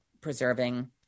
preserving